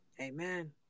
Amen